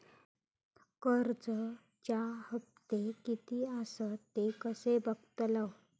कर्जच्या हप्ते किती आसत ते कसे बगतलव?